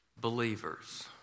Believers